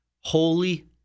Holy